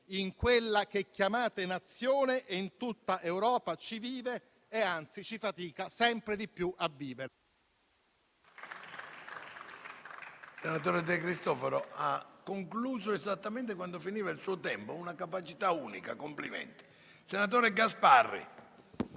in quella che chiamate Nazione e in tutta Europa ci vive e anzi fatica sempre di più a viverci.